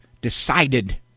decided